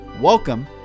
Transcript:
Welcome